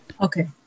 okay